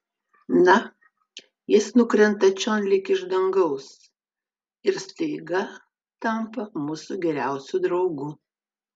na jis nukrenta čion lyg iš dangaus ir staiga tampa mūsų geriausiu draugu